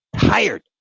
tired